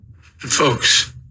folks